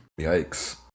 Yikes